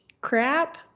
crap